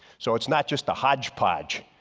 so it's not just the hodgepodge.